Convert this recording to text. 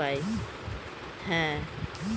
আমরা অনেক ধরনের এগ্রোকেমিকাল প্রডাক্ট পায়